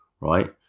right